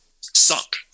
sunk